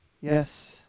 Yes